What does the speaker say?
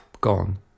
gone